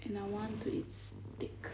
and I want to eat steak